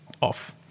off